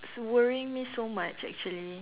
is worrying me so much actually